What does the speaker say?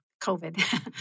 COVID